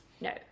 No